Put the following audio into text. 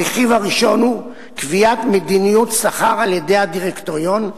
הרכיב הראשון הוא קביעת מדיניות שכר על-ידי הדירקטוריון,